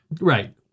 right